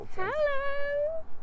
Hello